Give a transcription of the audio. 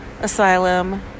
Asylum